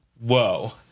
whoa